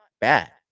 bad